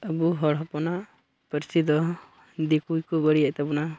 ᱟᱵᱚ ᱦᱚᱲ ᱦᱚᱯᱚᱱᱟᱜ ᱯᱟᱹᱨᱥᱤ ᱫᱚ ᱫᱤᱠᱩ ᱜᱮᱠᱚ ᱵᱟᱹᱲᱤᱡᱮᱫ ᱛᱟᱵᱚᱱᱟ